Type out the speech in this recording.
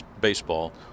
baseball